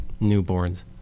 newborns